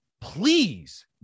Please